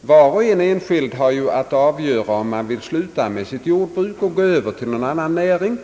var och en har att avgöra om och när han vill sluta med sitt iordbruk och gå över till någon annan näring.